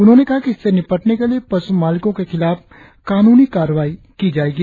उन्होंने कहा कि इससे निपटने के लिए पश् मालिको के खिलाफ कानूनी कार्रवाई की जायेगी